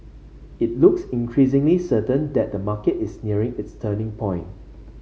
it looks increasingly certain that the market is nearing its turning point